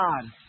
God